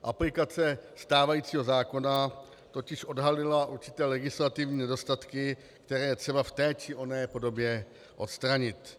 Aplikace stávajícího zákona totiž odhalila určité legislativní nedostatky, které je třeba v té či oné podobě odstranit.